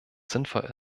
sinnvoll